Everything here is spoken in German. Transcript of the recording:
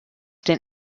den